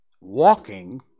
walking